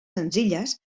senzilles